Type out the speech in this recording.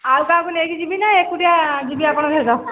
ଆଉ କାହାକୁ ନେଇକି ଯିବି ନା ଏକୁଟିଆ ଯିବି ଆପଣଙ୍କ ସହିତ